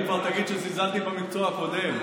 אם כבר תגיד שזלזלתי במקצוע הקודם.